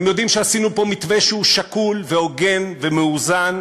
הם יודעים שעשינו פה מתווה שהוא שקול והוגן ומאוזן.